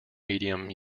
medium